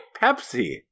Pepsi